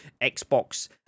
Xbox